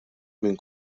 min